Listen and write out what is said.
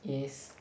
is